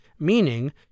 meaning